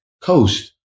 coast